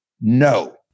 No